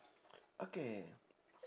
okay